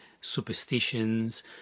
superstitions